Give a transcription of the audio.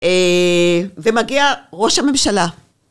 ומגיע ראש הממשלה.